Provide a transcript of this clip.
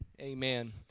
amen